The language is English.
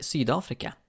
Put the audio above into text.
Sydafrika